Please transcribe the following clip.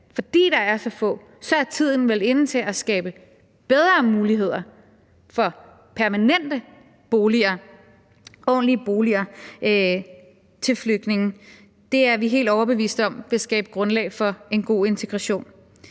Fordi der er så få, er tiden vel inde til at skabe bedre muligheder for permanente ordentlige boliger til flygtninge. Det er vi helt overbevist om vil skabe grundlag for en god integration.